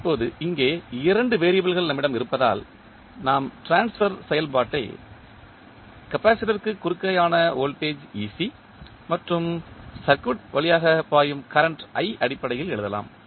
இப்போது இங்கே 2 வெறியபிள்கள் நம்மிடம் இருப்பதால் நாம் ட்ரான்ஸ்பர் செயல்பாட்டை கப்பாசிட்டர் க்கு குறுக்கேயான வோல்டேஜ் மற்றும் சர்க்யூட் வழியாக பாயும் கரண்ட் அடிப்படையில் எழுதலாம்